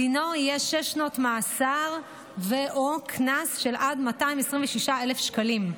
דינו יהיה שש שנות מאסר ו/או קנס של עד 226,000 שקלים.